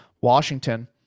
Washington